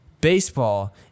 Baseball